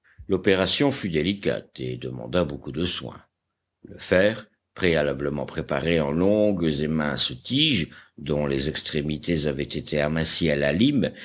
l'opération fut délicate et demanda beaucoup de soins le fer préalablement préparé en longues et minces tiges dont les extrémités avaient été amincies à la lime